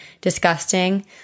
disgusting